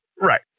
Right